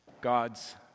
God's